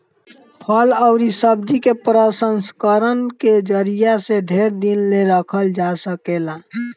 फल अउरी सब्जी के प्रसंस्करण के जरिया से ढेर दिन ले रखल जा सकेला